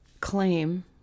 claim